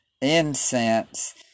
Incense